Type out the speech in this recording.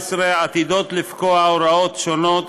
בדצמבר 2017 עתידות לפקוע הוראות שונות